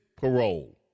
parole